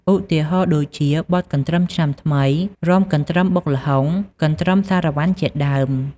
ឧទាហរណ៍ដូចជាបទ កន្ទ្រឹមឆ្នាំថ្មី រាំកន្ទ្រឹមបុកល្ហុង កន្ទ្រឹមសារ៉ាវ៉ាន់ជាដើម។